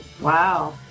Wow